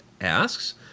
asks